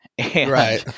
Right